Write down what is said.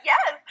Yes